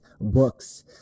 books